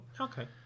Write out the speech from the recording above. Okay